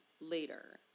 later